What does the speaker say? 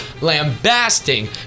lambasting